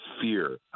fear